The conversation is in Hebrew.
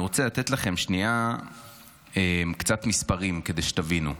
אני רוצה לתת לכם שנייה קצת מספרים כדי שתבינו.